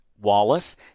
Wallace